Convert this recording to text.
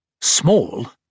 Small